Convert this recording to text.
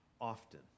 often